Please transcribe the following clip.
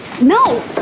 No